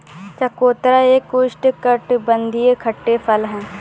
चकोतरा एक उष्णकटिबंधीय खट्टे फल है